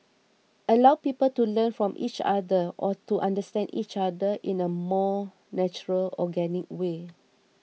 allow people to learn from each other or to understand each other in a more natural organic way